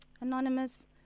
Anonymous